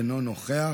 אינו נוכח.